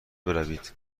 بروید